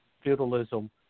feudalism